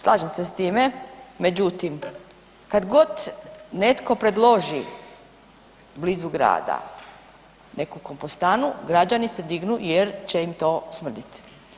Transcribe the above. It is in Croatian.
Slažem se s time, međutim, kad god netko predloži blizu grada neku kompostanu, građani se dignu jer će im to smrditi.